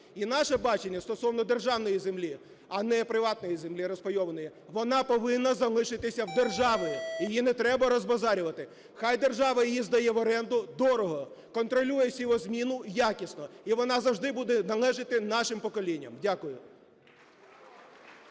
І наше бачення стосовно державної землі, а не приватної землі, розпайованої, вона повинна залишитися в держави, її не треба розбазарювати. Нехай держава її здає в оренду дорого, контролює сівозміну якісно – і вона завжди буде належати нашим поколінням. Дякую.